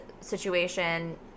Situation